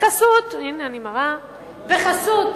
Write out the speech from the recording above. בחסות